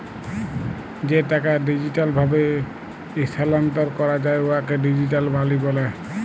যে টাকা ডিজিটাল ভাবে ইস্থালাল্তর ক্যরা যায় উয়াকে ডিজিটাল মালি ব্যলে